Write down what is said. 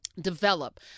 Develop